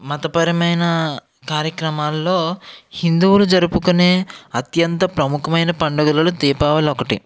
మతపరమైన కార్యక్రమాల్లో హిందువులు జరుపుకునే అత్యంత ప్రముఖమైన పండుగలలో దీపావళి ఒకటి